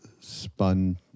spun